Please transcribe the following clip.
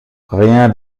rien